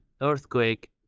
earthquake